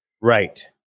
Right